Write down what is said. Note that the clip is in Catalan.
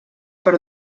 per